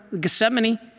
Gethsemane